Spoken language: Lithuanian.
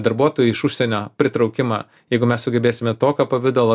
darbuotojų iš užsienio pritraukimą jeigu mes sugebėsime tokio pavidalo